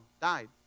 died